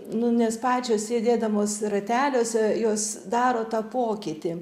nu nes pačios sėdėdamos rateliuose jos daro tą pokytį